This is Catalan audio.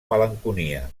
malenconia